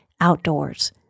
Outdoors